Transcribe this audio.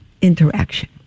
interaction